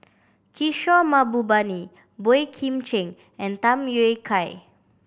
Kishore Mahbubani Boey Kim Cheng and Tham Yui Kai